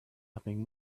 having